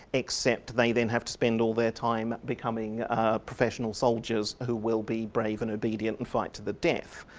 except they then have to spend all their time becoming professional soldiers who will be brave and obedient and fight to the death.